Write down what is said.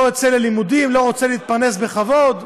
לא יוצא ללימודים, לא רוצה להתפרנס בכבוד.